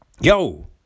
Yo